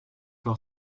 par